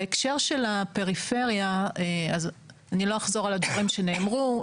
בהקשר של הפריפריה אני לא אחזור על הדברים שנאמרו,